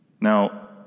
Now